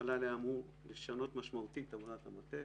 המל"ל היה אמור לשנות משמעותית את עבודת המטה,